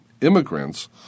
Immigrants